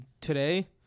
today